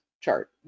chart